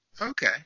Okay